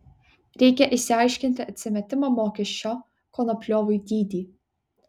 reikia išsiaiškinti atsimetimo mokesčio konopliovui dydį